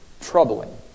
troubling